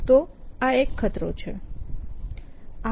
તો ચાલો આ એક ખતરો છે